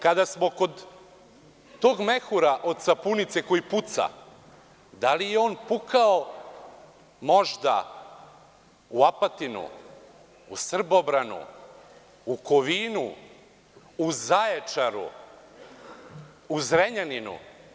Kada smo kod tog mehura od sapunice koji puca, da li je on pukao možda u Apatinu, u Srbobranu, u Kovinu, u Zaječaru, u Zrenjaninu?